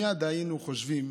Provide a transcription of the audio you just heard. מייד היינו חושבים